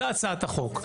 זו הצעת החוק,